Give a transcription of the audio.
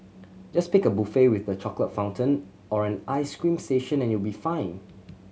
just pick a buffet with the chocolate fountain or an ice cream station and you'll be fine